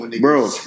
Bro